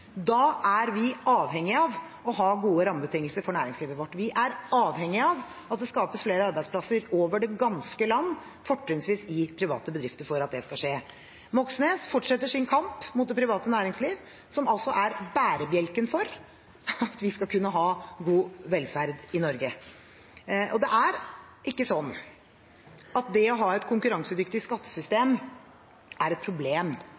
Da er vi avhengige av å ha gode rammebetingelser for næringslivet vårt. Vi er avhengige av at det skapes flere arbeidsplasser over det ganske land, fortrinnsvis i private bedrifter, for at det skal skje. Representanten Moxnes fortsetter sin kamp mot det private næringsliv, som altså er bærebjelken for at vi skal kunne ha god velferd i Norge. Det er ikke sånn at det å ha et konkurransedyktig skattesystem er et problem